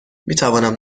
میتوانم